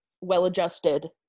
well-adjusted